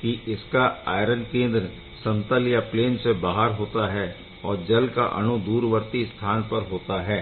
कि इसका आयरन केंद्र समतल या प्लेन से बाहर होता है और जल का अणु दूरवर्ती स्थान पर होता है